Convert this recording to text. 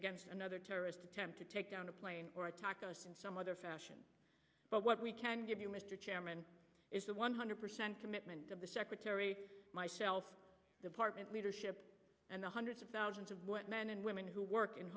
against another terrorist attempt to take down a plane or attack us in some other fashion but what we can give you mr chairman is the one hundred percent commitment of the secretary myself department leadership and the hundreds of thousands of what men and women who work in